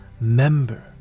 member